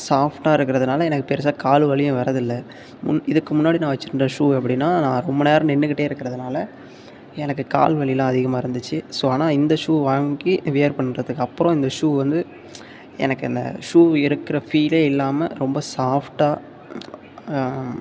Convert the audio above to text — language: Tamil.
சாஃப்ட்டாக இருக்கிறதுனால எனக்கு பெருசாக கால் வலியும் வரது இல்லை முன் இதுக்கு முன்னாடி நான் வைச்சுருந்த ஷூ எப்படினா நான் ரொம்ப நேரம் நின்றுகிட்டே இருக்கிறதுனால எனக்கு கால் வலியெலாம் அதிகமாக இருந்துச்சு ஸோ ஆனால் இந்த ஷூ வாங்கி வியர் பண்ணிதுக்கு அப்புறம் இந்த ஷூ வந்து எனக்கு அந்த ஷூ இருக்கிற பீலே இல்லாமல் ரொம்ப சாஃப்ட்டாக